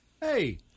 Hey